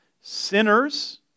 sinners